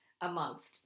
amongst